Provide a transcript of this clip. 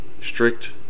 strict